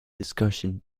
discussion